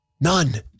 None